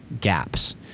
gaps